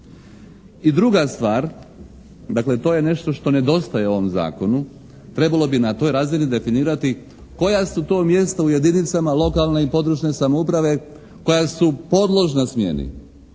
I druga stvar, dakle to je nešto što nedostaje ovom zakonu, trebalo bi na toj razini definirati koja su to mjesta u jedinicama lokalne i područne samouprave koja su podložna smjeni